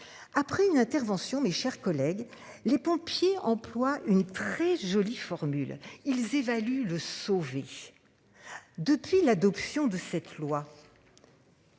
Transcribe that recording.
Après une intervention, mes chers collègues. Les pompiers employes une très jolie formule, ils évaluent le sauver. Depuis l'adoption de cette loi.